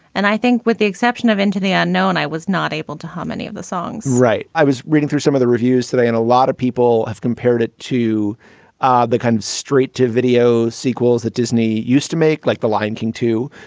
and i think with the exception of into the unknown, i was not able to. how many of the songs? right. i was reading through some of the reviews today, and a lot of people have compared it to ah the kind of straight to video sequels that disney used to make, like the lion king too.